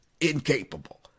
incapable